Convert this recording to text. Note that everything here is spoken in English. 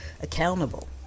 accountable